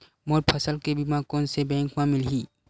मोर फसल के बीमा कोन से बैंक म मिलही?